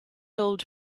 old